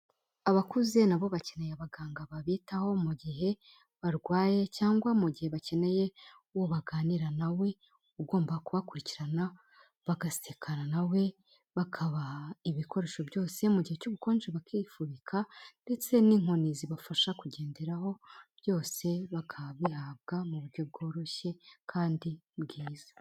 Abakuze na bo bakeneye abaganga babitaho mu gihe barwaye cyangwa mu gihe bakeneye uwo baganira na we, ugomba kubakurikirana bagasekana na we, bakabaha ibikoresho byose, mu gihe cy'ubukonje bakifubika ndetse n'inkoni zibafasha kugenderaho byose bakabihabwa mu buryo bworoshye kandi bwiza.